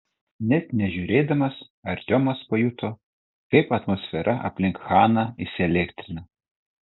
net nežiūrėdamas artiomas pajuto kaip atmosfera aplink chaną įsielektrina